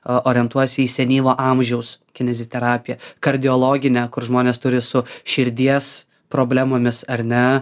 orientuos į senyvo amžiaus kineziterapiją kardiologinę kur žmonės turi su širdies problemomis ar ne